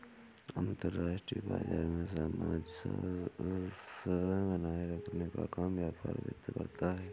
अंतर्राष्ट्रीय बाजार में सामंजस्य बनाये रखने का काम व्यापार वित्त करता है